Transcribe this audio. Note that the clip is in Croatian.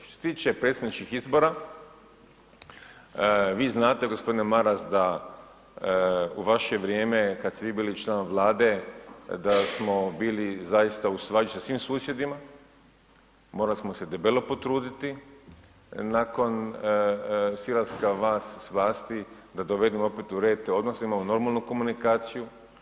Što se tiče predsjedničkih izbora vi znate gospodine Maras u vaše vrijeme kada ste vi bili član Vlade da smo zaista bili u svađi sa svim susjedima, morali smo se debelo potruditi nakon silaska vas s vlasti da dovedemo opet u red te odnose i da imamo normalnu komunikaciju.